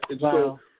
Wow